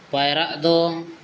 ᱯᱟᱭᱨᱟᱜ ᱫᱚ